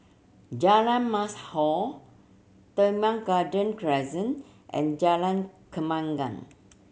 Jalan Mashhor Teban Garden Crescent and Jalan Kembangan